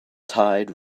tide